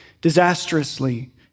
disastrously